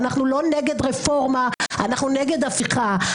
אנחנו לא נגד רפורמה, אנחנו נגד הפיכה.